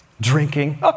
drinking